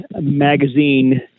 Magazine